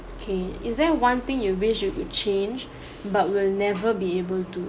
okay is there one thing you wish you could change but we'll never be able to